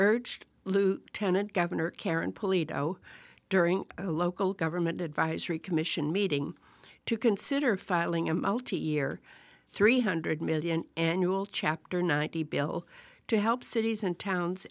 urged lieutenant governor karen police during a local government advisory commission meeting to consider filing a multi year three hundred million annual chapter ninety bill to help cities and towns